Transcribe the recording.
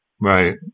Right